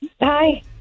Hi